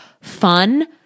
fun